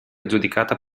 giudicata